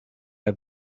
had